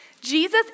Jesus